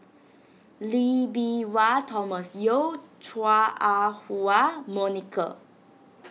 Lee Bee Wah Thomas Yeo Chua Ah Huwa Monica